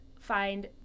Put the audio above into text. find